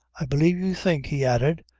i believe you think, he added,